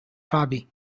hobby